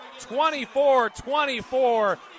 24-24